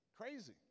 Crazy